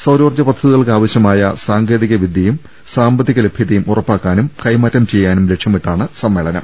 സൌരോർജ്ജ പദ്ധതികൾക്കാവശ്യമായ സാങ്കേ തിക വിദ്യയും സാമ്പത്തിക ലഭ്യതയും ഉറപ്പാക്കാനും കൈമാറ്റം ചെയ്യാനും ലക്ഷ്യമിട്ടാണ് സമ്മേളനം